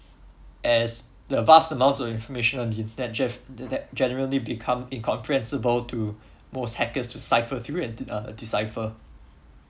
as the vast amounts of information on the internet ge~ internet generally become incomprehensible to most hackers to cipher through it uh decipher